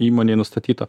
įmonėj nustatyto